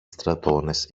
στρατώνες